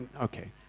Okay